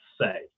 say